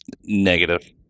Negative